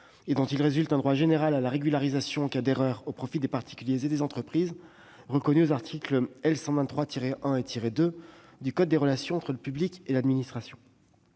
et dont il résulte un droit général à la régularisation en cas d'erreur au profit des particuliers et des entreprises, reconnu aux articles L. 123-1 et L. 123-2 du code des relations entre le public et l'administration.